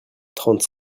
trente